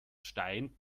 stein